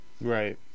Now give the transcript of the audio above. Right